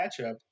matchup